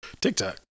TikTok